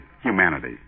humanity